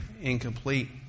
incomplete